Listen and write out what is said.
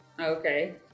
okay